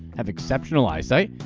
have exceptional eyesight,